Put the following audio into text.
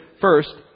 first